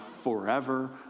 forever